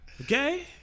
Okay